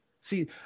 See